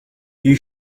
you